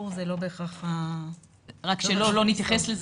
רק שלא יהיה מצב שלא נתייחס לזה,